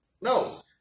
No